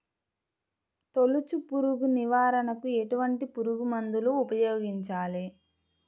తొలుచు పురుగు నివారణకు ఎటువంటి పురుగుమందులు ఉపయోగించాలి?